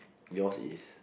yours is